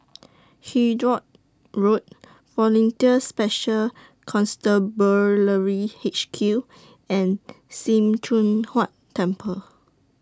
He Driot Road Volunteer Special Constabulary H Q and SIM Choon Huat Temple